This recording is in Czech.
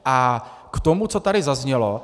A k tomu, co tady zaznělo.